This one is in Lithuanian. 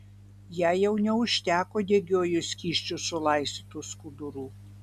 jai jau neužteko degiuoju skysčiu sulaistytų skudurų